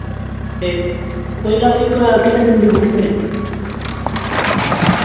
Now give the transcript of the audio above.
ते कोई गल्ल निं क किन्ने दिन दी बुकिंग ऐ